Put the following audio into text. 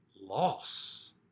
loss